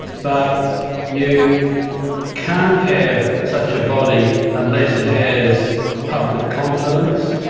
but you can't have such a body unless it has public confidence,